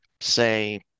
say